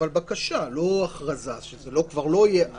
אבל בקשה, לא הכרזה, שזה כבר לא יהיה בפועל.